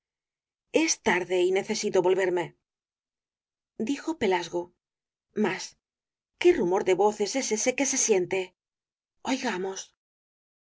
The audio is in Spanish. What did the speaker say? es tarde y necesito volverme dijo pelasgo mas qué rumor de voces es ese que se siente oigamos